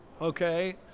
okay